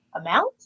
amount